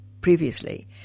previously